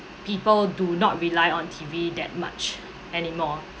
people do not rely on T_V that much anymore